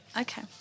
okay